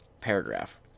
paragraph